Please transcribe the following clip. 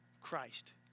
Christ